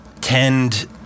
tend